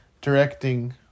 Directing